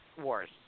wars